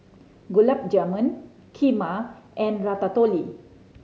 Gulab Jamun Kheema and Ratatouille